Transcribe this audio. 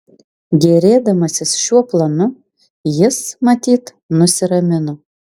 gėrėdamasis šiuo planu jis matyt nusiramino